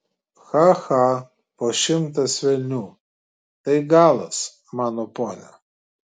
cha cha po šimtas velnių tai galas mano pone